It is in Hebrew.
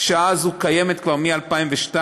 השעה הזאת קיימת כבר מ-2002,